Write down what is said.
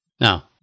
now